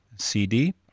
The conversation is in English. CD